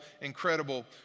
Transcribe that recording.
incredible